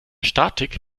statik